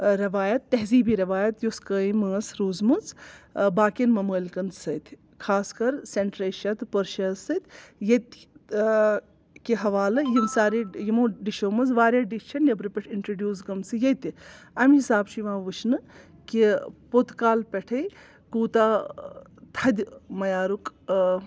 رٮ۪وایت تہذیٖبی رٮ۪وایت یۄس قٲیم ٲس روٗزمٕژ باقیَن ممٲلکَن سۭتۍ خاص کر سینٹرل ایٚشیا تہٕ پٔرشیَس سۭتۍ ییٚتہِ کہِ حوالہٕ یِمہِ ساریٚے یِمو ڈِشو منٛز واریاہ ڈِش چھِ نیٚبرٕ پٮ۪ٹھٕ اِنٹرڈیوٗس گٔمژٕ ییٚتہِ امہِ حِساب چھُ یِوان وُچھنہٕ کہِ پوٚت کالہٕ پٮ۪ٹھے کوٗتاہ تھدِ معیارُک